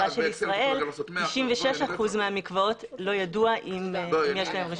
של ישראל ב-96% מהמקוואות לא ידוע אם יש רישיונות.